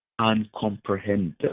uncomprehendable